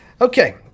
Okay